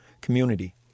community